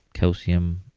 calcium,